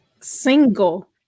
single